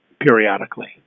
periodically